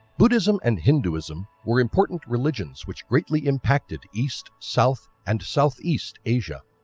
buddhism and hinduism were important religions which greatly impacted east, south and southeast asia.